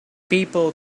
people